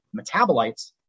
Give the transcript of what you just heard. metabolites